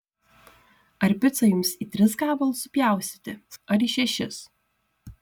ar picą jums į tris gabalus supjaustyti ar į šešis